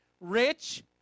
Rich